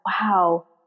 wow